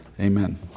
Amen